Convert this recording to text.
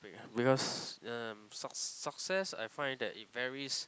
because um suc~ success I find that it varies